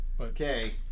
okay